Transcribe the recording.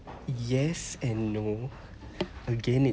yes and no again it